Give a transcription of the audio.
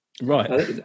right